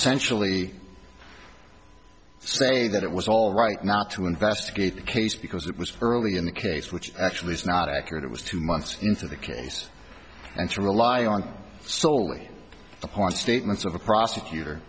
essentially say that it was all right not to investigate the case because it was early in the case which actually is not accurate it was two months into the case and to rely on solely the statements of the prosecutor